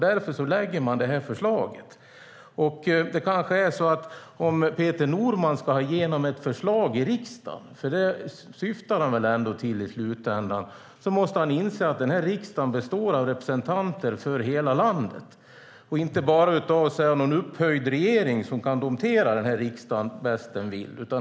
Därför lägger man fram förslaget. Om Peter Norman ska ha igenom ett förslag i riksdagen - vilket han väl i slutändan ändå syftar till - måste han inse att riksdagen består av representanter för hela landet, inte av en upphöjd regering som kan domptera riksdagen bäst den vill.